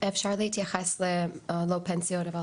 אפשר להתייחס להעברות?